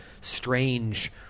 strange